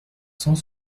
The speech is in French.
cent